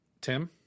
Tim